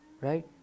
right